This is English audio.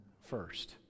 first